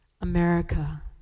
America